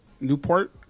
Newport